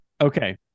Okay